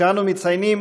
שאנו מציינים